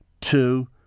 two